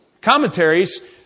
commentaries